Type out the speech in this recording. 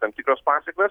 tam tikros pasekmės